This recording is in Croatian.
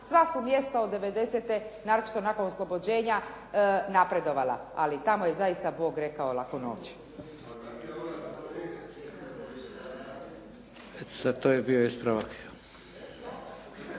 sva su mjesta od '90., naročito nakon oslobođenja napredovala. Ali tamo je zaista Bog rekao laku noć.